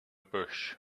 bush